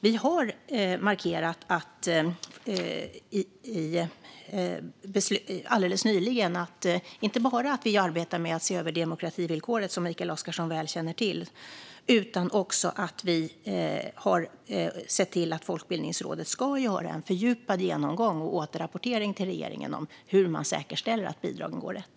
Vi markerade nyligen att vi inte bara ser över demokrativillkoret, vilket Mikael Oscarsson känner väl till, utan också att vi har sett till att Folkbildningsrådet ska göra en fördjupad genomgång och återrapportering till regeringen om hur man säkerställer att bidragen går rätt.